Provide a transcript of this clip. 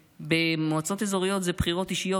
במועצות אזוריות זה בחירות אישיות,